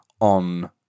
on